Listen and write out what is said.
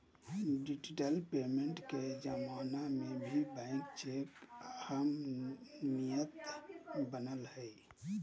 digital payment के जमाना में भी बैंक चेक के अहमियत बनल हइ